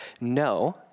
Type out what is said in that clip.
no